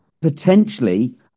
potentially